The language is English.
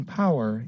power